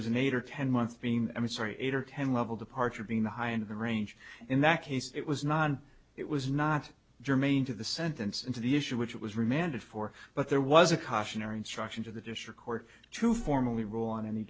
was an eight or ten months being i'm sorry eight or ten level departure being the high end of the range in that case it was not it was not germane to the sentence into the issue which it was remanded for but there was a cautionary instruction to the district court to formally rule on any